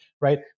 right